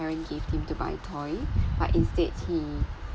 parent gave him to buy toy but instead he